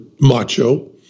macho